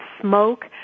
smoke